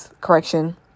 correction